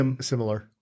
Similar